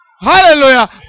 Hallelujah